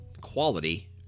quality